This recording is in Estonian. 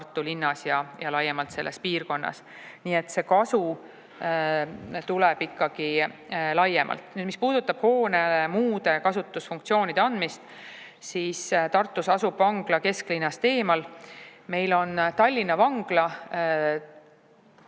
Tartu linnas ja laiemalt selles piirkonnas. Nii et see kasu tuleb ikkagi laiemalt. Mis puudutab hoonele muude kasutusfunktsioonide andmist, siis Tartus asub vangla kesklinnast eemal. Meil on Tallinna vangla,